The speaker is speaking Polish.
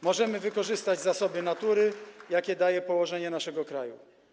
Możemy wykorzystać zasoby natury, jakie daje położenie naszego kraju.